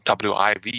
WIV